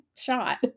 shot